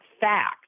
fact